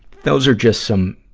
those are just some,